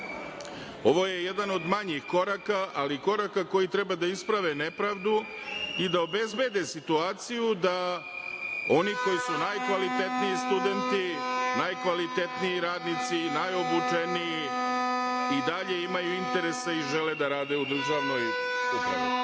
je jedan od manjih koraka, ali koraka koji treba da isprave nepravdu i da obezbede situaciju da oni koji su najkvalitetniji studenti, najkvalitetniji radnici, najobučeniji i dalje imaju interese i žele da rade u državnoj upravi. Ovo